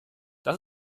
das